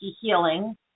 healing